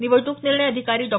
निवडणूक निर्णय अधिकारी डॉ